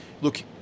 look